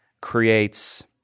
creates